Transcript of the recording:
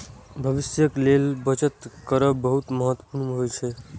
भविष्यक लेल बचत करब बहुत महत्वपूर्ण होइ छै